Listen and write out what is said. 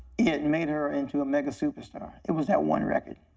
it made her into a mega superstar. it was that one record.